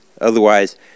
Otherwise